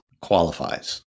qualifies